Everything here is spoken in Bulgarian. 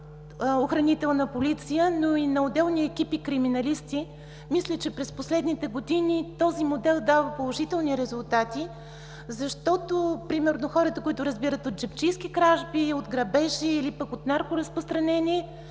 „Охранителна полиция“, но и на отделни екипи криминалисти. Мисля, че през последните години този модел дава положителни резултати, защото примерно хората, които разбират от джебчийски кражби, от грабежи или пък от наркоразпространение,